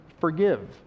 forgive